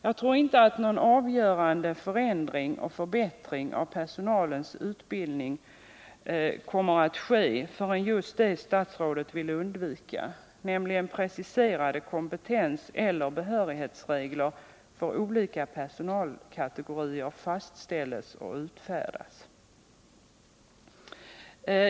Jag tror inte att någon avgörande förändring och förbättring av personalens utbildning kommer att ske förrän just det händer som statsrådet vill undvika, nämligen att preciserade kompetenseller behörighetsregler för olika personalkategorier fastställs och utfärdas.